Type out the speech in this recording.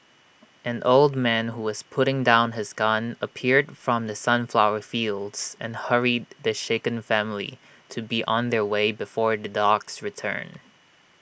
an old man who was putting down his gun appeared from the sunflower fields and hurried the shaken family to be on their way before the dogs return